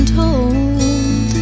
told